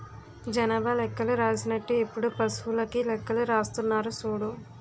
జనాభా లెక్కలు రాసినట్టు ఇప్పుడు పశువులకీ లెక్కలు రాస్తున్నారు సూడు